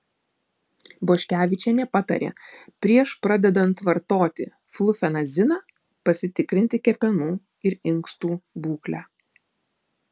boškevičienė patarė prieš pradedant vartoti flufenaziną pasitikrinti kepenų ir inkstų būklę